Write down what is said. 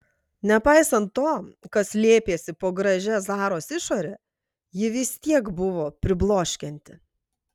nepaisant to kas slėpėsi po gražia zaros išore ji vis tiek buvo pribloškianti